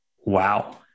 wow